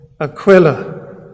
Aquila